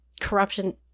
corruption